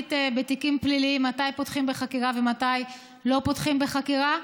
להחליט בתיקים פליליים מתי פותחים בחקירה ומתי לא פותחים בחקירה.